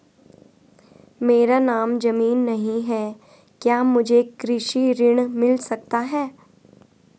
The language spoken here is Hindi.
मेरे नाम ज़मीन नहीं है क्या मुझे कृषि ऋण मिल सकता है?